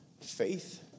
Faith